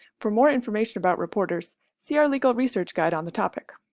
for more information about reporters, see our legal research guide on the topic.